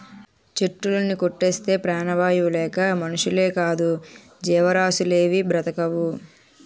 చెట్టులుని కొట్టేస్తే ప్రాణవాయువు లేక మనుషులేకాదు జీవరాసులేవీ బ్రతకవు